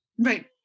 Right